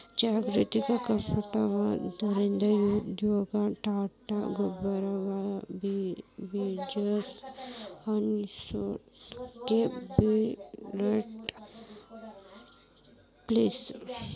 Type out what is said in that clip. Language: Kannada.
ಜಾಗತಿಕಮಟ್ಟದ ಟೇಕಂಪೆನಿಗಳಂದ್ರ Unilever, Tata Global Beverages, Associated British foods